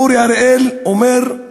אורי אריאל אומר: